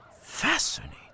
Fascinating